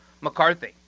McCarthy